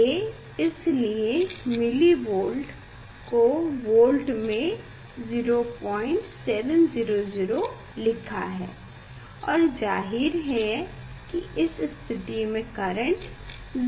ये इस लिए mV को V में 0700 लिखा है और जाहिर है की इस स्थिति में करेंट 0 हो जाएगा